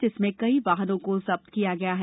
जिसमें कई वाहनों को जब्त किया है